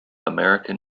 american